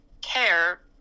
care